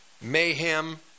mayhem